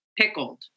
pickled